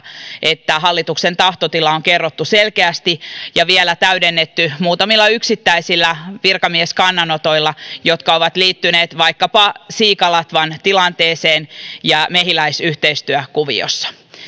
että hallituksen tahtotila on kerrottu selkeästi ja sitä on vielä täydennetty muutamilla yksittäisillä virkamieskannanotoilla jotka ovat liittyneet vaikkapa siikalatvan tilanteeseen ja mehiläis yhteistyökuvioon